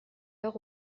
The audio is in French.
heure